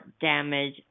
damage